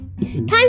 time